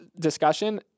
discussion